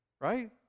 Right